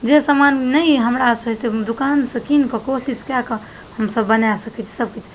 जे समान नहि हमरासँ हेतै हम दोकानसँ किनिकऽ कोशिश कऽ कऽ हमसभ बना सकै छी सबकिछु